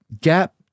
gap